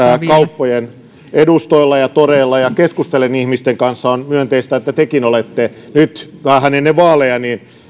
kauppojen edustoilla ja toreilla ja keskustelen ihmisten kanssa on myönteistä että tekin olette nyt vähän ennen vaaleja